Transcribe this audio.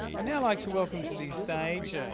i'd now like to welcome to the stage,